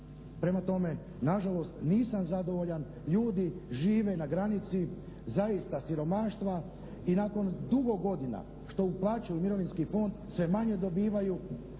Prema tome, nažalost nisam zadovoljan, ljudi žive na granici zaista siromaštva i nakon dugo godina što uplaćuju u mirovinski fond sve manje dobivaju